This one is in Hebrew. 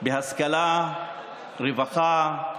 בהשכלה, ברווחה,